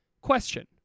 Question